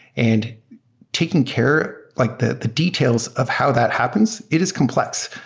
and taking care like the the details of how that happens, it is complex.